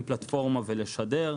פלטפורמה ולשדר.